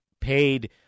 paid